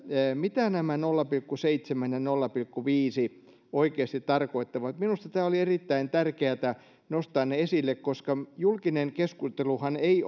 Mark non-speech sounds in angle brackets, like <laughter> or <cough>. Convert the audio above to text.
mitä nämä nolla pilkku seitsemän ja nolla pilkku viisi oikeasti tarkoittavat minusta oli erittäin tärkeätä nostaa ne esille koska julkinen keskusteluhan ei <unintelligible>